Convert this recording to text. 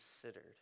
considered